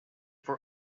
for